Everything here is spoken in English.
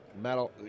metal